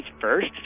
first